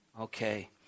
Okay